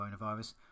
coronavirus